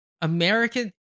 American